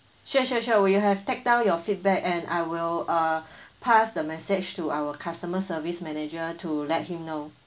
sure sure sure we have take down your feedback and I will uh pass the message to our customer service manager to let him know